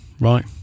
right